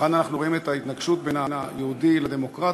וכאן אנחנו רואים את ההתנגשות בין היהודי לדמוקרטי,